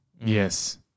Yes